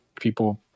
people